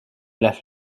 las